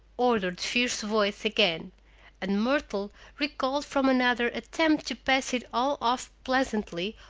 ordered the fierce voice again and myrtle, recalled from another attempt to pass it all off pleasantly,